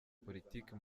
politiki